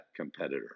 competitor